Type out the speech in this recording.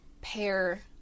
pair